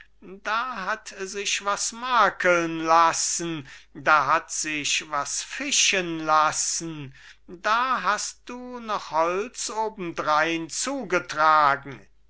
da hat sich was makeln lassen da hat sich was fischen lassen da hast du noch holz obendrein zugetragen